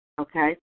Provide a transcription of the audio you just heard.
okay